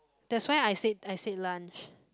that's why I said I said lunch